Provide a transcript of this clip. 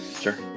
Sure